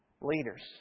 Leaders